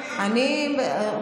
הוא יוסיף לך זמן, אל תדאגי.